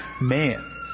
man